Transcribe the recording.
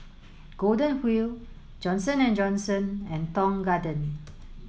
Golden Wheel Johnson and Johnson and Tong Garden